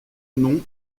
nom